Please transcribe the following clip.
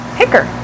picker